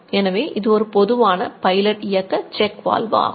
எனவே இது ஒரு பொதுவான பைலட் இயக்க செக் வால்வு ஆகும்